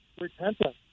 repentance